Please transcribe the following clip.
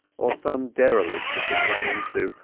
or some derelict had been run into,